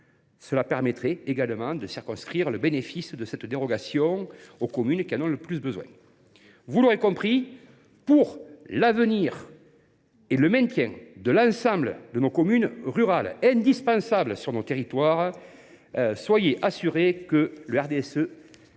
Cela permettrait également de circonscrire le bénéfice de cette dérogation aux communes qui en ont le plus besoin. Vous l’aurez compris, pour l’avenir et le maintien de l’ensemble de nos communes rurales, indispensables sur notre territoire, le RDSE